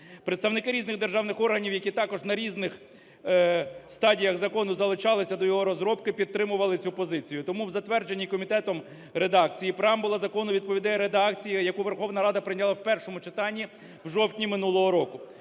Представники різних державних органів, які також на різних стадіях закону залучалися до його розробки, підтримували цю позицію. Тому в затвердженій комітетом редакції преамбула закону відповідає редакції, яку Верховна Рада прийняла в першому читанні в жовтні минулого року.